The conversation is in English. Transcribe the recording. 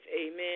Amen